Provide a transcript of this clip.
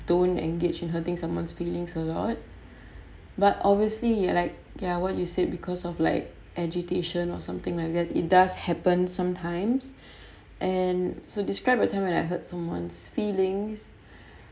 don't engage in hurting someone's feelings a lot but obviously you like ya what you said because of like agitation or something like that it does happen sometimes and so describe a time when I hurt someone's feelings